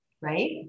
right